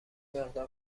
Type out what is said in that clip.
مقدار